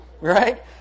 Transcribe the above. Right